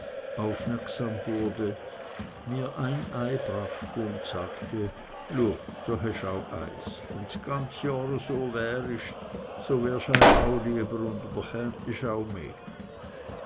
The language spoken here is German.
aufmerksam wurde mir ein ei brachte und sagte lue da hest o eis we ds ganze johr so wärisch so wärst eim o lieber u